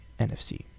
NFC